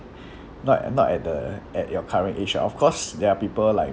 not at not at the at your current age of course there are people like